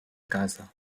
gaza